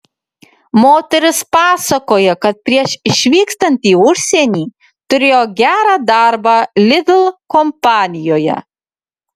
moteris pasakoja kad prieš išvykstant į užsienį turėjo gerą darbą lidl kompanijoje